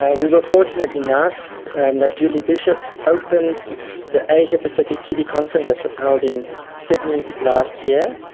and we were fortunate enough and that julie bishop opened the asia pacific tb conference that was held in sydney last year.